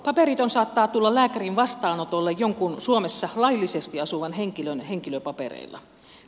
paperiton saattaa tulla lääkärin vastaanotolle jonkun suomessa laillisesti asuvan henkilön henkilöpapereilla